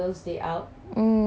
mm